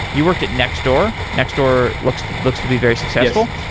you worked at nextdoor. nextdoor looks to looks to be very successful.